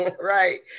right